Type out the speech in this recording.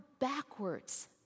backwards